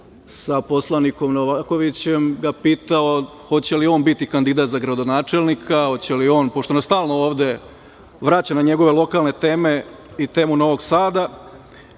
sa poslanikom Novakovićem ga pitao hoće li on biti kandidat za gradonačelnika, hoće li on, pošto nas stalno ovde vraća na njegove lokalne teme i temu Novog Sada,